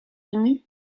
hini